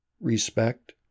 respect